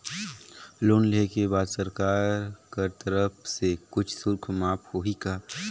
Loan लेहे के बाद सरकार कर तरफ से कुछ शुल्क माफ होही का?